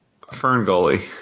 Ferngully